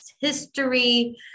history